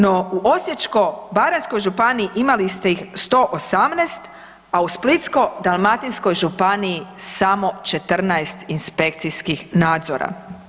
No u Osječko-baranjskoj županiji imali ste ih 118, a u Splitsko-dalmatinskoj županiji samo 14 inspekcijskih nadzora.